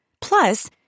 Plus